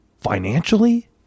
financially